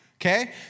okay